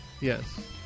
Yes